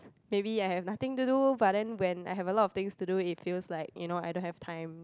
maybe I have nothing to do but then when I have a lot of things to do it feels like you know I don't have time